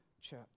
church